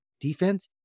defense